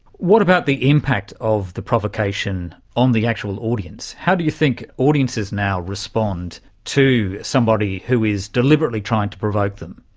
what about the impact of the provocation on the actual audience? how do you think audiences now respond to somebody who is deliberately trying to provoke them?